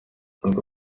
nubwo